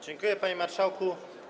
Dziękuję, panie marszałku.